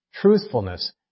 Truthfulness